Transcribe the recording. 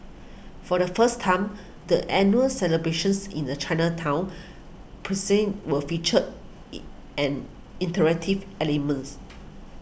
for the first time the annual celebrations in the Chinatown precinct will feature in an interactive elements